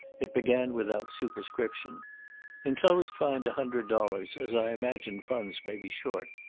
it began without superscription enclosed find a hundred dollars, as i imagine funds may be short.